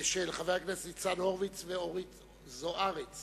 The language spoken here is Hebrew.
של חברי הכנסת ניצן הורוביץ ואורית זוארץ